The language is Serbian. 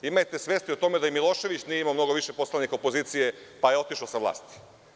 Imajte svesti o tome da i Milošević nije imao mnogo više poslanika opozicije, pa je otišao sa vlasti.